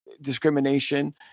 discrimination